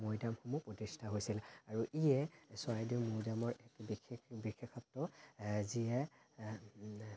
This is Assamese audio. মৈদামসমূহ প্ৰতিষ্ঠা হৈছিলে আৰু ইয়ে চৰাইদেউ মৈদামৰ এক বিশেষ বিশেষত্ব যিয়ে